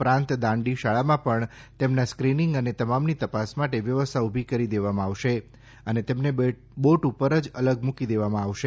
ઉપરાંત દાંડી શાળામાં પણ તેમના સ્ક્રીનીંગ અને તમામની તપાસ માટે વ્યવસ્થા ઉભી કરી દેવામાં આવશે અને તેમને બોટ ઉપર જ અલગ મૂકી દેવાશે